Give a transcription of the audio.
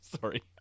Sorry